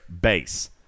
base